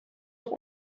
auch